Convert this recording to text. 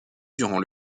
durant